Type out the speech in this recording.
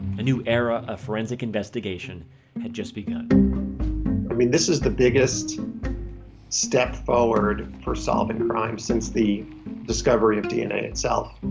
a new era of forensic investigation had just begun i mean this is the biggest step forward for solving crimes since the discovery of dna itself.